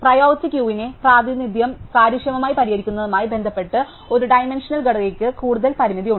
priority ക്യൂവിന്റെ പ്രാതിനിധ്യം കാര്യക്ഷമമായി പരിഹരിക്കുന്നതുമായി ബന്ധപ്പെട്ട് ഒരു ഡൈമൻഷണൽ ഘടനയ്ക്ക് കടുത്ത പരിമിതി ഉണ്ട്